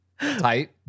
Tight